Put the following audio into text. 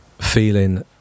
feeling